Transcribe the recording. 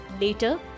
Later